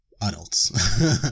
adults